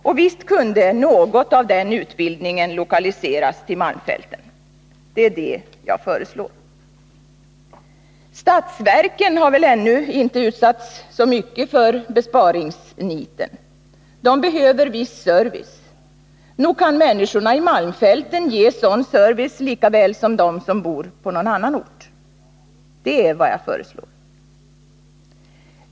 Och visst kunde något av den utbildningen lokaliseras till malmfälten. Det är det jag föreslår. Statsverken har väl ännu inte utsatts så mycket för besparingsniten. De behöver viss service. Nog kan människorna i malmfälten ges sådan service likaväl som de som bor på någon annan ort. Det är vad jag föreslår.